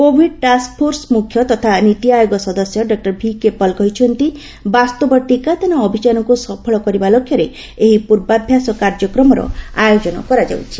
Covid task force ମୁଖ୍ୟ ତଥା ନୀତିଆୟୋଗ ସଦସ୍ୟ ଡକୁର ଭିକେ ପଲ କହିଛନ୍ତି ବାସ୍ତବ ଟିକାଦାନ ଅଭିଯାନକୁ ସଫଳ କରିବା ଲକ୍ଷ୍ୟରେ ଏହି ପୂର୍ବାଭ୍ୟାସ କାର୍ଯ୍ୟକ୍ରମର ଆୟୋଜନ କରାଯାଉଛି